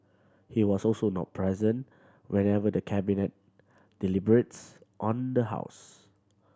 he was also not present whenever the Cabinet deliberates on the house